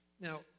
Now